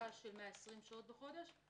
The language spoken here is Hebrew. העסקה של 120 שעות בחודש,